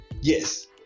Yes